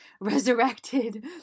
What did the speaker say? resurrected